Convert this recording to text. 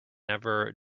never